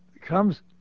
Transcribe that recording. comes